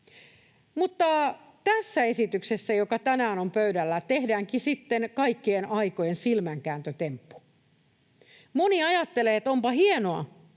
Mutta tässä esityksessä, joka tänään on pöydällä, tehdäänkin sitten kaikkien aikojen silmänkääntötemppu. Moni ajattelee, että onpa hienoa,